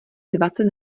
dvacet